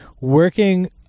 working